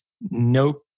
no